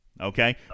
okay